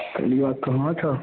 कहलियो कहाँ छऽ